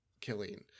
killing